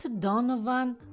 Donovan